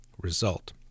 result